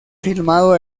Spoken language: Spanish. filmado